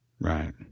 Right